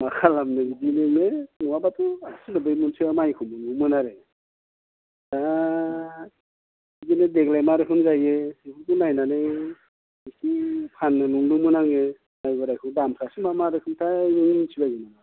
मा खालामनो बिदिजोंनो नङाबाथ' आसि नोब्बै म'नसोआ माइखौ मोनोमोन आरो दा बिदिनो देग्लाय मा रोखोम जायो बेफोरखौ नायनानै एसे फाननो सानदोंमोन आङो माइ बोराइखौ दामफोरासो मा मा रोखोमथाय नों मिन्थिबायो नामा